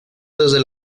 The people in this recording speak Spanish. desde